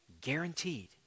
guaranteed